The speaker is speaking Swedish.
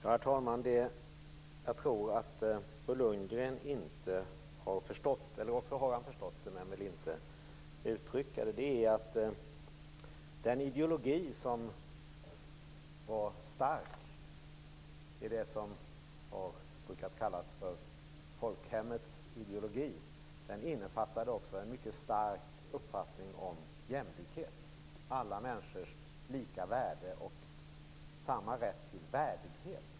Herr talman! Jag tror inte att Bo Lundgren har förstått, eller så har han förstått men vill inte uttrycka det, nämligen att den ideologi som var stark i det som har kallats för folkhemmets ideologi innefattade en stark uppfattning om jämlikhet. Alla människors lika värde och samma rätt till värdighet.